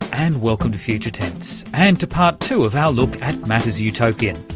and welcome to future tense, and to part two of our look at matters utopian.